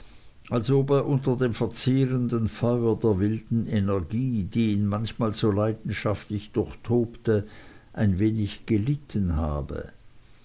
er unter dem verzehrenden feuer der wilden energie die ihn manchmal so leidenschaftlich durchtobte ein wenig gelitten habe